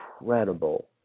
incredible